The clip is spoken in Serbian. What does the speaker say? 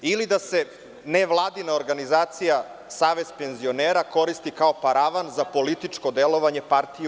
Ili da se nevladina organizacija Savez penzionera koristi kao paravan za političko delovanje PUPS-a.